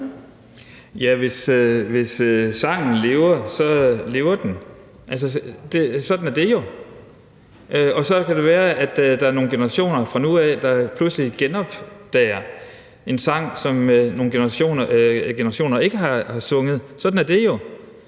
Hvis sangen lever, så lever den. Sådan er det jo. Så kan det være, at der er nogle generationer fra nu af, der pludselig genopdager en sang, som nogle generationer ikke har sunget. Sådan er det jo.